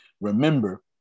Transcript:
Remember